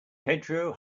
pedro